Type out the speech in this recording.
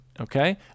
okay